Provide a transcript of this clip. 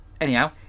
anyhow